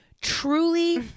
Truly